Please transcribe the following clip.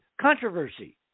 controversy